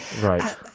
Right